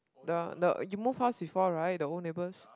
the the you move house before right the old neighbors